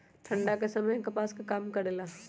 ठंडा के समय मे कपास का काम करेला?